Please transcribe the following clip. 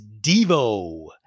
Devo